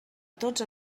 tots